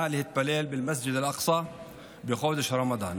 להתפלל במסגד אל-אקצא בחודש הרמדאן.